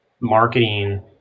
marketing